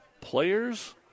players